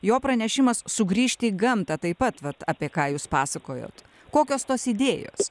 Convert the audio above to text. jo pranešimas sugrįžti į gamtą taip pat vat apie ką jūs pasakojot kokios tos idėjos